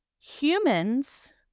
humans